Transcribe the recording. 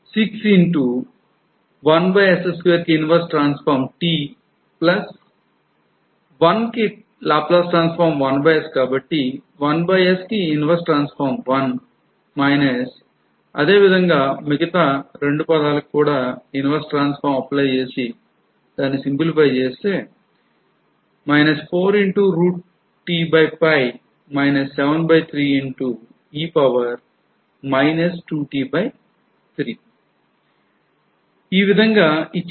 ఈ విధంగా ఇచ్చిన functions కి inverse laplace transform కనుగొనవచ్చు